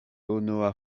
unua